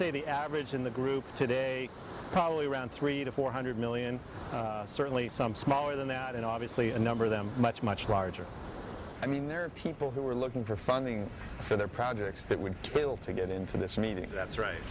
say the average in the group today probably around three to four hundred million certainly some smaller than that and obviously a number of them are much much larger i mean there are people who are looking for funding for their projects that we will to get into this meeting that's right